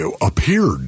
appeared